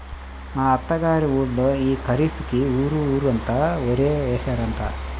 మా అత్త గారి ఊళ్ళో యీ ఖరీఫ్ కి ఊరు ఊరంతా వరే యేశారంట